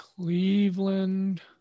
Cleveland